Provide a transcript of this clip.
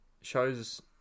shows